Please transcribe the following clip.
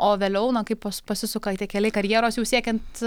o vėliau na kai pas pasisuka tie keliai karjeros jau siekiant